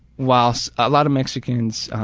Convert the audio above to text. while a lot of mexicans